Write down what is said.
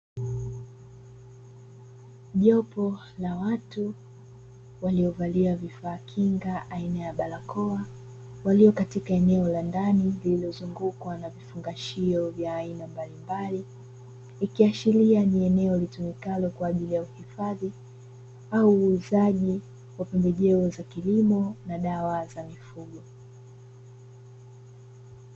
Jopo la La watu waliovalia vifaa kinga aina ya barakoa walio katika eneo la ndani lililozungukwa na vifungashio vya aina mbalimbali ikiashiria ni eneo litumikalo kwa ajili ya kuhifadhi au uuzaji wa pembejeo za kilimo na dawa za mifugo.